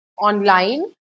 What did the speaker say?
online